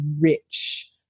rich